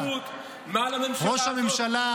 אתם דאגתם לכיפת ברזל של שחיתות מעל הממשלה הזאת,